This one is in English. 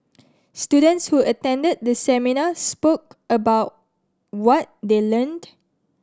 students who attended the seminar spoke about what they learned